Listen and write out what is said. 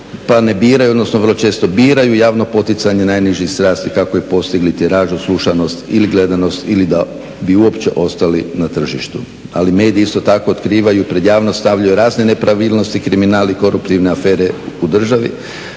pa ne biraju, odnosno vrlo često biraju javno poticanje najnižih strasti kako bi postigli tiražu, slušanost ili gledanost ili da bi uopće ostali na tržištu. Ali mediji isto tako otkrivaju, pred javnost stavljaju razne nepravilnosti, kriminal i koruptivne afere u državi.